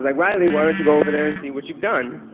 like riley, why don't you go over there and see what you've done.